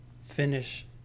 finish